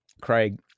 Craig